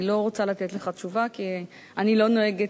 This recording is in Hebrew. אני לא רוצה לתת לך תשובה כי אני לא נוהגת